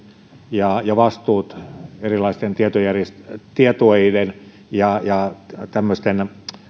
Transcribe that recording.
ja ja vastuut erilaisten tietueiden ja ja tämmöisten